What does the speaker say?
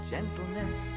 Gentleness